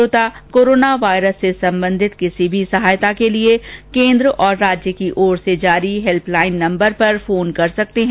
श्रोता corona virus से संबंधित किसी भी सहायता के लिए केन्द्र और राज्य की ओर से जारी हेल्प लाइन नम्बर पर फोन कर सकते हैं